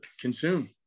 consume